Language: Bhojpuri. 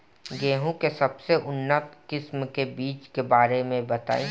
गेहूँ के सबसे उन्नत किस्म के बिज के बारे में बताई?